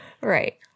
Right